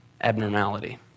abnormality